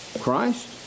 Christ